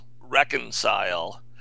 reconcile